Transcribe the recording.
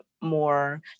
more